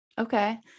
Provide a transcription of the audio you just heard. Okay